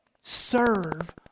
serve